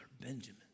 Benjamin